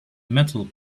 metal